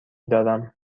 دارم